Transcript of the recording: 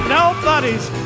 nobody's